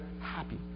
happy